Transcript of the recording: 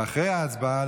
ואחרי ההצבעה,